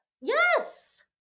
Yes